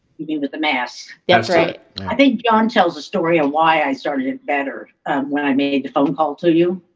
you mean with the mass that's right i think john tells the story and why i started it better when i made the phone call to you